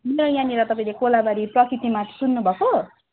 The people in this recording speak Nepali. यहाँनिर तपाईँले कोलाबारी प्रकृति मार्ट सुन्नु भएको